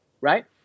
right